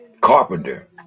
Carpenter